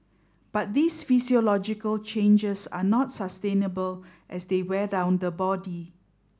but these physiological changes are not sustainable as they wear down the body